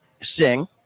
sing